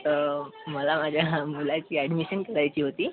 तर मला माझ्या मुलाची ॲडमिशन करायची होती